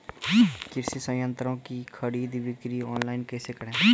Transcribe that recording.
कृषि संयंत्रों की खरीद बिक्री ऑनलाइन कैसे करे?